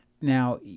Now